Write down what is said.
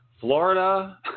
florida